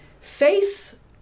face